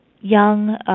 young